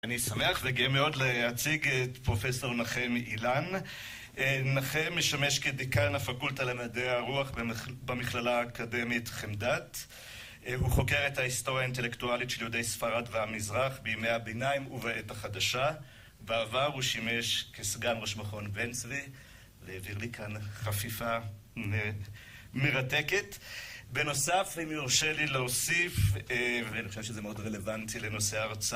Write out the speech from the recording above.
אני שמח וגאה מאוד להציג את פרופסור נחם אילן. נחם משמש כדיקן הפקולטה למדעי הרוח במכללה האקדמית חמדת. הוא חוקר את ההיסטוריה האינטלקטואלית של יהודי ספרד והמזרח בימי הביניים ובעת החדשה. בעבר הוא שימש כסגן ראש מכון בן צבי, והעביר לי כאן חפיפה מרתקת. בנוסף, אם יורשה לי להוסיף, ואני חושב שזה מאוד רלוונטי לנושא ההרצאה...